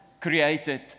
created